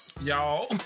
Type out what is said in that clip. Y'all